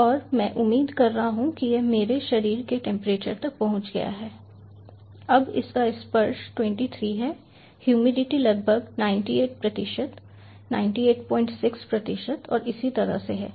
और मैं उम्मीद कर रहा हूँ यह मेरे शरीर के टेंपरेचर तक पहुंच गया है अब इसका स्पर्श 23 है ह्यूमिडिटी लगभग 98 प्रतिशत 986 प्रतिशत और इसी तरह से है